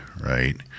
right